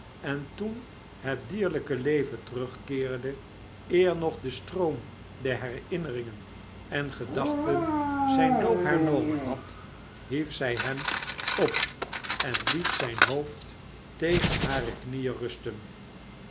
en toen het dierlijke leven terugkeerde eer nog de stroom der herinneringen en gedachten zyn loop hernomen had hiefzijhem op en liet zijn hoofd tegen hare knieen rusten